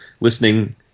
listening